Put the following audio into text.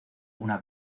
una